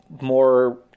more